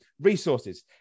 resources